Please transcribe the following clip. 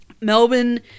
Melbourne